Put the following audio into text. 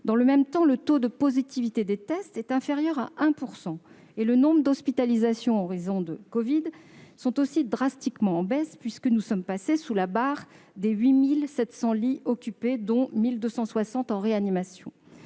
Dans le même temps, le taux de positivité des tests est inférieur à 1 % et le nombre d'hospitalisations pour cause de covid-19 connaît une baisse considérable, puisque nous sommes passés sous la barre des 8 700 lits occupés, dont 1 260 en réanimation.